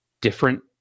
different